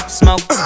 smoke